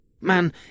Man